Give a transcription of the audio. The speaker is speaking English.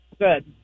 good